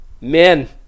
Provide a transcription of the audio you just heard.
men